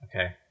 Okay